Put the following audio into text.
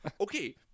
okay